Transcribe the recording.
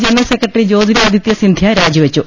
general secretary Jyotiraditya Scindia രാജി വെച്ചു